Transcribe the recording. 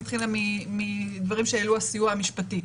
התחילה מדברים שהעלו הסיוע המשפטי.